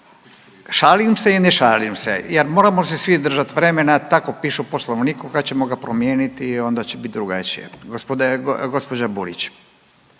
šalim se i ne šalim se jer moramo se svi držati vremena. Tako piše u Poslovniku kad ćemo ga promijeniti onda će biti drugačije. Gospođa Burić.